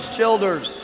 Childers